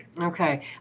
Okay